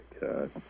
God